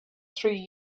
three